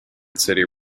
city